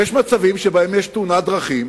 יש מצבים של תאונת דרכים,